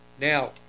Now